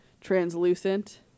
translucent